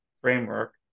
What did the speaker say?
framework